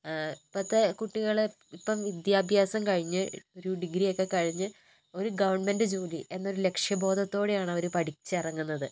ഇപ്പോഴത്തെ കുട്ടികൾ ഇപ്പം വിദ്യാഭ്യാസം കഴിഞ്ഞ് ഒരു ഡിഗ്രി ഒക്കെ കഴിഞ്ഞ് ഒരു ഗവൺമെന്റ് ജോലി എന്ന ഒരു ലക്ഷ്യബോധത്തോടെയാണ് അവർ പഠിച്ച് ഇറങ്ങുന്നത്